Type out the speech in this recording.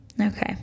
Okay